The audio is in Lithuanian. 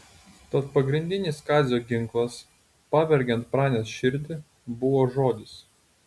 tad pagrindinis kazio ginklas pavergiant pranės širdį buvo žodis